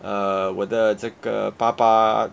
err 我的这个爸爸